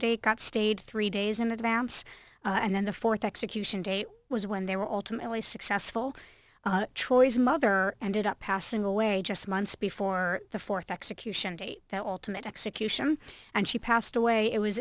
date got stage three days in advance and then the fourth execution date was when they were ultimately successful choi's mother ended up passing away just months before the fourth execution date that ultimate execution and she passed away it was